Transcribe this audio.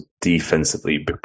defensively